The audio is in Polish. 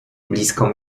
blisko